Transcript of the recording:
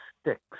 sticks